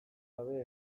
gabe